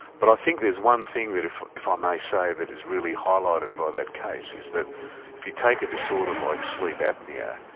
but i think there's one thing that if if um i may say that is really highlighted by that case, is that if you take a disorder like sleep apnoea,